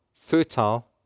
fertile